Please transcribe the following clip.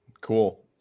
Cool